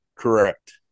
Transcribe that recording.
Correct